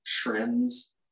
trends